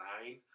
nine